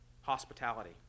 hospitality